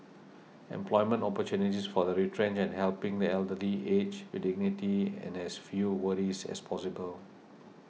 employment opportunities for the retrenched and helping the elderly age with dignity and as few worries as possible